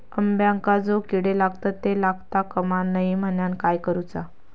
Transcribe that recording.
अंब्यांका जो किडे लागतत ते लागता कमा नये म्हनाण काय करूचा?